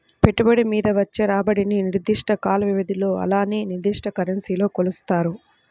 పెట్టుబడి మీద వచ్చే రాబడిని నిర్దిష్ట కాల వ్యవధిలో అలానే నిర్దిష్ట కరెన్సీలో కొలుత్తారు